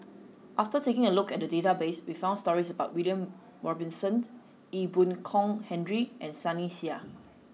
after taking a look at the database we found stories about William Robinson Ee Boon Kong Henry and Sunny Sia